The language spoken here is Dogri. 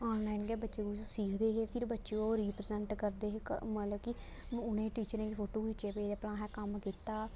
आनलाइन गै बच्चे कुछ सिक्खदे हे फिर बच्चे ओह् रिप्रेजेंट करदे हे मतलब कि उ'नें गी टीचरें गी फोटू खिचियै भेजदे भला असें कम्म कीता